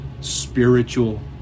spiritual